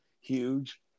huge